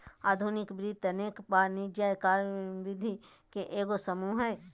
आधुनिक वित्त अनेक वाणिज्यिक कार्यविधि के एगो समूह हइ